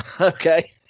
Okay